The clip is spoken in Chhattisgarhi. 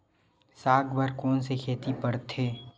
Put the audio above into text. साग बर कोन से खेती परथे?